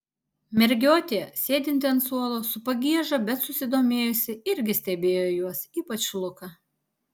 mergiotė sėdinti ant suolo su pagieža bet susidomėjusi irgi stebėjo juos ypač luką